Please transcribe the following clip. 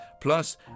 Plus